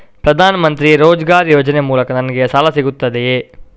ಪ್ರದಾನ್ ಮಂತ್ರಿ ರೋಜ್ಗರ್ ಯೋಜನೆ ಮೂಲಕ ನನ್ಗೆ ಸಾಲ ಸಿಗುತ್ತದೆಯೇ?